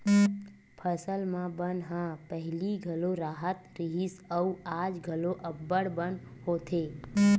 फसल म बन ह पहिली घलो राहत रिहिस अउ आज घलो अब्बड़ बन होथे